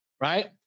right